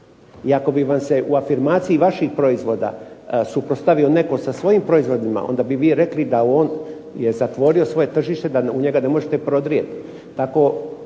i ako bi vam se u afirmaciji vaših proizvoda suprotstavio netko sa svojim proizvodima onda bi vi rekli da on je zatvorio svoje tržište da u njega ne možete prodrijeti.